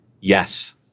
Yes